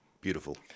Beautiful